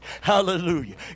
hallelujah